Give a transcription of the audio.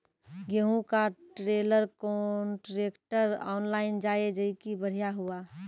गेहूँ का trailer contractor online जाए जैकी बढ़िया हुआ